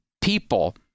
people